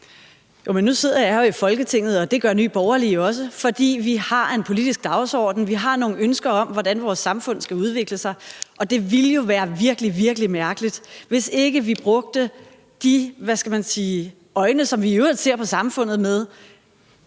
Jo, men nu sidder jeg jo i Folketinget, og det gør Nye Borgerlige også, fordi vi har en politisk dagsorden. Vi har nogle ønsker om, hvordan vores samfund skal udvikle sig, og det ville jo være virkelig, virkelig mærkeligt, hvis ikke vi brugte de øjne, som vi i øvrigt ser på samfundet med,